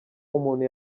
umuntu